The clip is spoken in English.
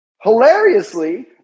Hilariously